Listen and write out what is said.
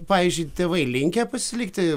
pavyzdžiui tėvai linkę pasilikti